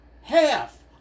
Half